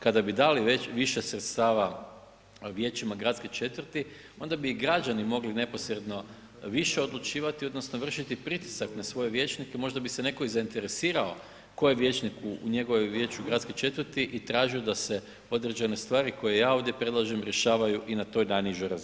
Kada bi dali više sredstava vijećima gradske četvrti onda bi i građani mogli neposredno više odlučivati odnosno vršiti pritisak na svoje vijećnike, možda bi se netko i zainteresirao tko je vijećnik u njegovom vijeću gradske četvrti i tražio da se određene stvari koje ja ovdje predlažem rješavaju i na toj najnižoj razini.